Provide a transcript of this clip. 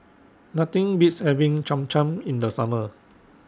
Nothing Beats having Cham Cham in The Summer